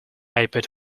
ipad